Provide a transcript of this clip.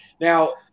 Now